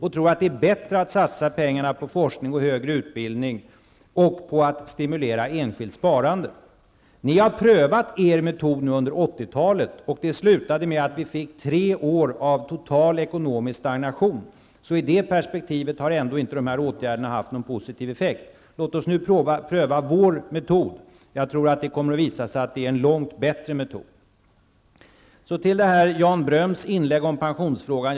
Vi tror att det är bättre att satsa pengarna på forskning och högre utbildning och på att stimulera enskilt sparande. Ni har nu under 80-talet prövat er metod. Det slutade med att vi fick tre år av total ekonomisk stagnation. I det perspektivet har alltså inte dessa åtgärder haft någon positiv effekt. Låt oss nu pröva vår metod. Jag tror att det kommer att visa sig vara en långt bättre metod. Så till Jan Bröms inlägg i pensionsfrågan.